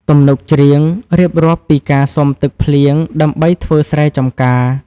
ទំនុកច្រៀងរៀបរាប់ពីការសុំទឹកភ្លៀងដើម្បីធ្វើស្រែចម្ការ។